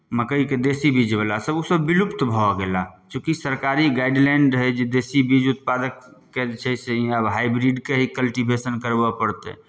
मक्कइके देशी बीजवला सभ ओसभ विलुप्त भऽ गेलाह चूँकि सरकारी गाइडलाइन रहै जे देशी बीज उत्पादकके जे छै से ई आब हाइब्रिडके कल्टिवेशन करबय पड़तै